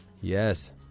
Yes